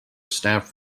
staff